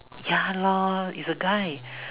ya lor is a guy